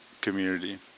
community